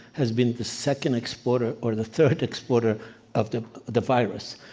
has been the second exporter or the third exporter of the the virus.